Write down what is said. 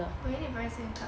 but you need to buy same colour